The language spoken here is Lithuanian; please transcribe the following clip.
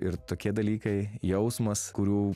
ir tokie dalykai jausmas kurių